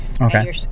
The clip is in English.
Okay